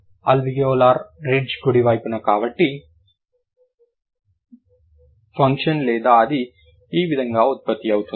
alveolar ridge కుడివైపున కాబట్టి function లేదా అది ఈ విధంగా ఉత్పత్తి అవుతుంది